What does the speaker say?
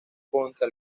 contra